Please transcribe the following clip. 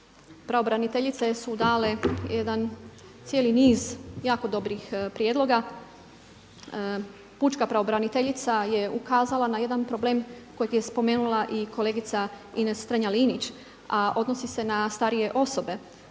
pravobraniteljice su dale jedan cijeli niz jako dobrih prijedloga. Pučka pravobraniteljica je ukazala na jedan problem kojeg je spomenula i kolegica Ines Strenja-Linić a odnosi se na starije osobe.